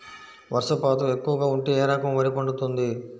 వర్షపాతం ఎక్కువగా ఉంటే ఏ రకం వరి పండుతుంది?